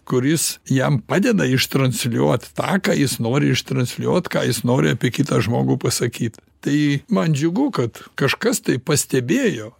kuris jam padeda ištransliuot tą ką jis nori ištransliuot ką jis nori apie kitą žmogų pasakyt tai man džiugu kad kažkas tai pastebėjo